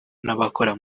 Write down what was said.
n’abakora